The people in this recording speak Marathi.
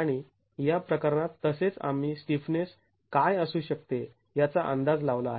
आणि या प्रकरणात तसेच आम्ही स्टिफनेस काय असू शकते याचा अंदाज लावला आहे